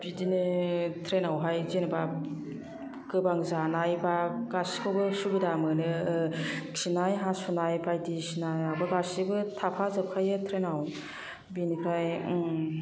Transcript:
बिदिनो ट्रेनावहाय जेनेबा गोबां जानाय बा गासिखौबो सुबिदा मोनो खिनाय हासुनाय बायदिसिनायाबो गासिबो थाफाजोबखायो ट्रेनाव बिनिफ्राय